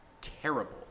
terrible